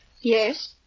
Yes